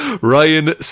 Ryan